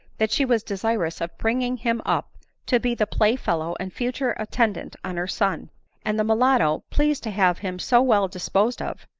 that she was desirous of bringing him up to be the play-fellow and future attendant on her son and the mulatto, pleased to have him so well disposed of,